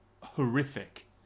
horrific